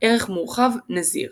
ערך מורחב – נזיר